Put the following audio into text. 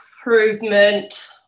improvement